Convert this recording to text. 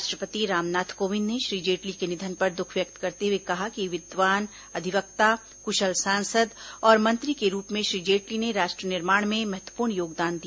राष्ट्रपति रामनाथ कोविंद ने श्री जेटली के निधन पर दुख व्यक्त करते हुए कहा कि विद्वान अधिवक्ता क्शल सांसद और मंत्री के रूप में श्री जेटली ने राष्ट्र निर्माण में महत्वपूर्ण योगदान दिया